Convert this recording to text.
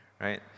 right